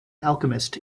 alchemist